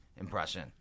impression